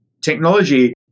technology